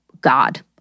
God